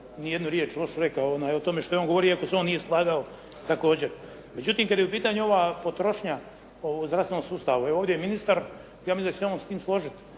ni jednu riječ lošu rekao o tome što je on govorio, iako se on nije slagao također. Međutim, kada je u pitanju ova potrošnja o zdravstvenom sustavu, ovdje je ministar, ja mislim da će se on s time složiti.